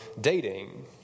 dating